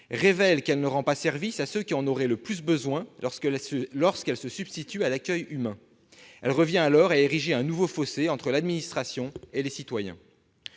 que celle-ci ne rend pas service à ceux qui en auraient le plus besoin lorsqu'elle se substitue à l'accueil humain. Elle revient alors à ériger un nouveau fossé entre l'administration et les citoyens.